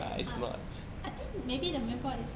ah I think maybe the main point is